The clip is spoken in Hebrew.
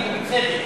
דקה.